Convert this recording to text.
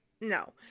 no